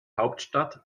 hauptstadt